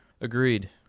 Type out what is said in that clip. Agreed